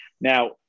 Now